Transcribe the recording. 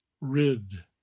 Rid